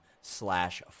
slash